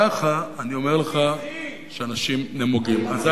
ככה אני אומר לך שאנשים נמוגים, א.